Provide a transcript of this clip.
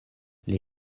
les